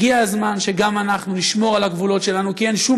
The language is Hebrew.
הגיע הזמן שגם אנחנו נשמור על הגבולות שלנו כי אין שום